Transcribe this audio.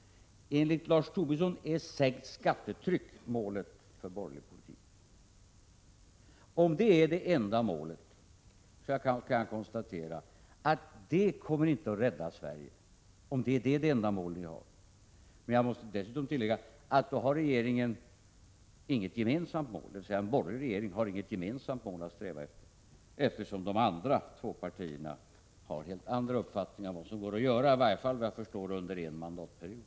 Enligt Lars Tobisson är sänkt skattetryck målet för borgerlig politik. Om det är det enda målet, kan jag konstatera att det inte kommer att rädda Sverige. Jag måste dessutom tillägga att en borgerlig regering då inte har något gemensamt mål att sträva efter, eftersom de två andra partierna har helt andra uppfattningar än moderaterna om vad som går att göra, i alla fall under en mandatperiod.